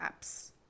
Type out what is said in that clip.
apps